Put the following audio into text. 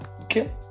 okay